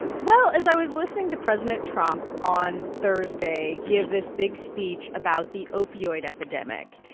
well, as i was listening to president trump on thursday give this big speech about the opioid epidemic,